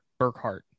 Burkhart